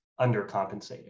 undercompensated